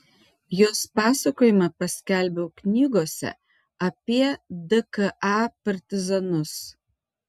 jos pasakojimą paskelbiau knygose apie dka partizanus